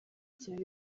cya